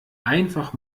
einfach